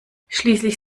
schließlich